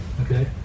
Okay